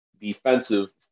defensive